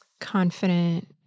confident